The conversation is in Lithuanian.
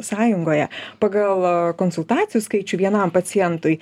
sąjungoje pagal konsultacijų skaičių vienam pacientui